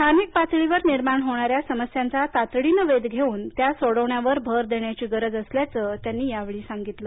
स्थानिक पातळीवर निर्माण होणाऱ्या समस्यांचा तातडीनं वेध घेऊन त्या सोडवण्यावर भर देण्याची गरज असल्याचं त्यांनी या वेळी सांगितलं